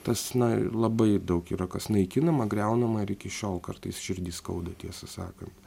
tas na labai daug yra kas naikinama griaunama ir iki šiol kartais širdį skauda tiesą sakant